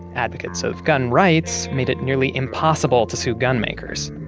advocates of gun rights made it nearly impossible to sue gun makers.